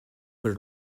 però